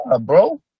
bro